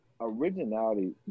Originality